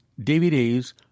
DVDs